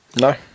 no